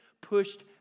pushed